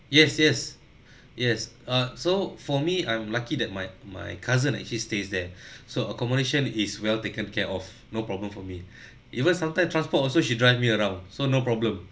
yes yes yes uh so for me I'm lucky that my my cousin actually stays there so accommodation is well taken care of no problem for me even sometimes transport also she drive me around so no problem